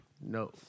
No